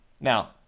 Now